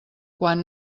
quan